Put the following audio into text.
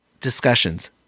discussions